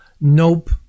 Nope